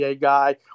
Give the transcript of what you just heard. guy